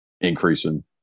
increasing